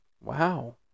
Wow